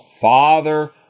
Father